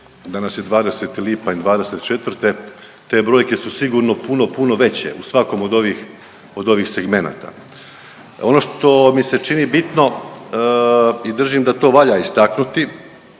danas je 20. lipanj '24. te brojke su sigurno puno, puno veće u svakom od ovih segmenata. Ono što mi se čini bitno i držim da to valja istaknuti,